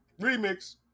Remix